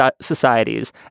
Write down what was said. societies